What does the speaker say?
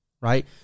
Right